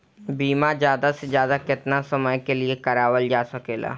बीमा ज्यादा से ज्यादा केतना समय के लिए करवायल जा सकेला?